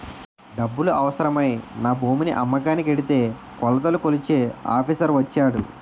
డబ్బులు అవసరమై నా భూమిని అమ్మకానికి ఎడితే కొలతలు కొలిచే ఆఫీసర్ వచ్చాడు